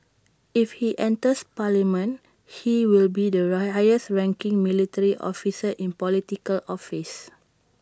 if he enters parliament he will be the highest ranking military officer in Political office